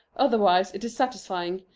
otherwise it is satisfying,